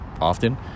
often